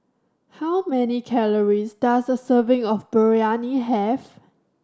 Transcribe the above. how many calories does a serving of Biryani have